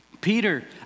Peter